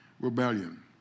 rebellion